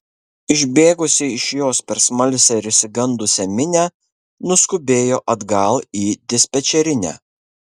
išbėgusi iš jos per smalsią ir išsigandusią minią nuskubėjo atgal į dispečerinę